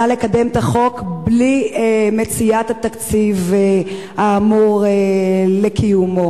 לקדם את החוק בלי מציאת התקציב האמור לקיומו,